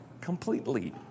completely